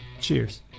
Cheers